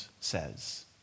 says